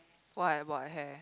what about her hair